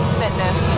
fitness